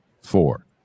four